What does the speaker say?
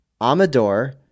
Amador